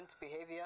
behavior